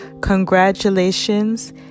Congratulations